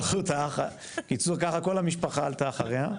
שלחו את האח, בקיצור ככה כל המשפחה עלתה אחריה.